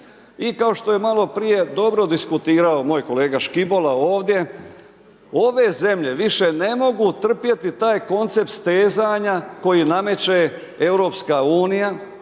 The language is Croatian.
I kao što je maloprije dobro diskutirao moj kolega Škibola ovdje, ove zemlje više ne mogu trpjeti taj koncept stezanja koji nameće EU, a prije